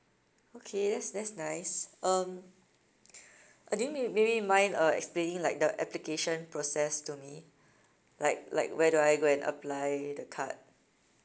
okay that's that's nice um uh do you may~ maybe mind uh explaining like the application process to me like like where do I go and apply the card